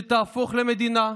שתהפוך למדינה,